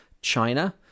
china